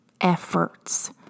efforts